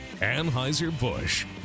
Anheuser-Busch